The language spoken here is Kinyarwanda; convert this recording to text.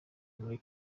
muri